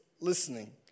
listening